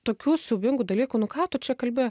tokių siaubingų dalykų nu ką tu čia kalbi